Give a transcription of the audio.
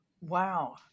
Wow